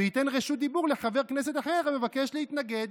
וייתן רשות דיבור לחבר כנסת אחר המבקש להתנגד".